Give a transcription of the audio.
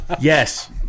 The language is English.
Yes